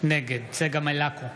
נגד צגה מלקו,